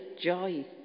joy